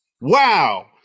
Wow